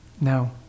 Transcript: No